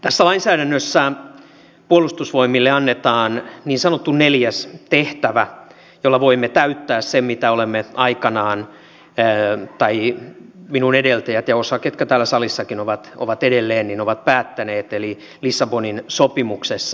tässä lainsäädännössä puolustusvoimille annetaan niin sanottu neljäs tehtävä jolla voimme täyttää sen mitä olemme aikanaan päättäneet tai minun edeltäjäni ja osa niistä jotka täällä salissakin ovat edelleen ovat päättäneet lissabonin sopimuksessa